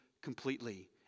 completely